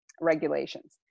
regulations